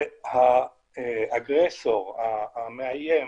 האגרסור, המאיים,